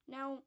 Now